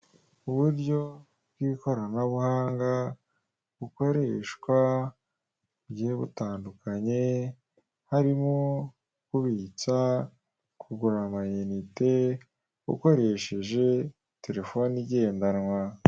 Uburyo bw'ikoranabuhanga bukoreshwa bugiye butandukanye harimo kubitsa, kugura amayinite ukoresheje telefoni igendanwa.